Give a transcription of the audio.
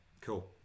Cool